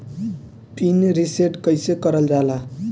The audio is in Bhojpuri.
पीन रीसेट कईसे करल जाला?